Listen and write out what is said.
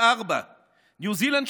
73.4%; ניו זילנד,